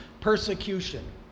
persecution